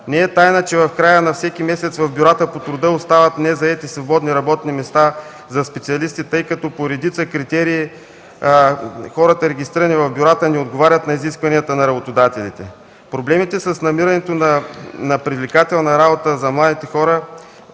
Не е тайна, че в края на всеки месец в бюрата по труда остават незаети свободни работни места за специалисти, тъй като по редица критерии хората, регистрирани в бюрата, не отговарят на изискванията на работодателите. Проблемите с намирането на привлекателна работа за младите хора